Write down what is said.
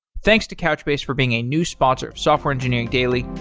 thanks to couchbase for being a new sponsor of software engineering daily.